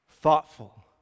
Thoughtful